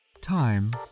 time